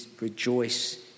rejoice